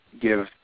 give